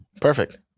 Perfect